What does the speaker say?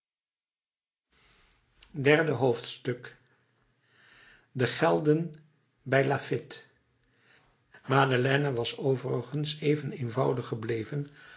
derde hoofdstuk de gelden bij laffitte madeleine was overigens even eenvoudig gebleven